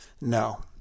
No